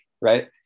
Right